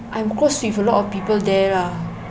I am close with a lot of people there lah